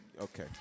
okay